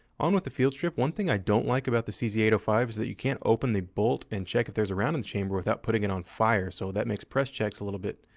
on with the field strip. one thing i don't like about the c z eight zero five is that you can't open the bolt and check if there's a round in the chamber without putting it on fire, so that makes press checks a little bit,